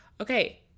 okay